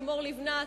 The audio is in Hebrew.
לימור לבנת,